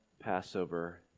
Passover